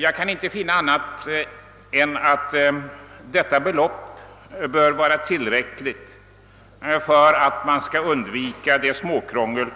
Jag kan inte förstå annat än att 3 000 kronor bör vara tillräckligt för att man skall undvika det småkrångel,